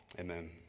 amen